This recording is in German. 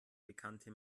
bekannte